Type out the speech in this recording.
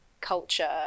culture